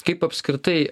kaip apskritai